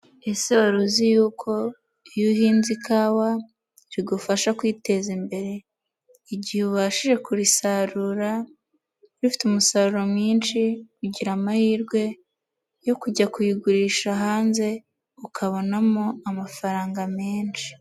Ese wari uzi y'uko iyo uhinze ikawa bigufasha kwiteza imbere? Igihe ubashije kurisarura rifite umusaruro mwinshi, ugira amahirwe yo kujya kuyigurisha hanze ukabonamo amafaranga menshi.